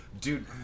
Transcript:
Dude